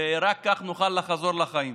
ורק כך נוכל לחזור לחיים.